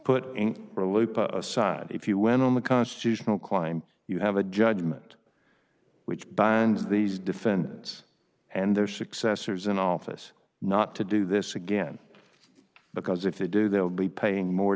put in a loop aside if you went on the constitutional climb you have a judgment which binds these defendants and their successors in office not to do this again because if they do they'll be paying more